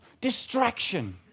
distraction